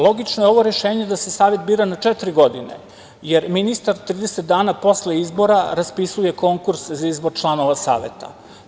Logično je ovo rešenje da se Savet bira na četiri godine jer ministar 30 dana posle izbora raspisuje konkurs za izbor članova Saveta.